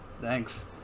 Thanks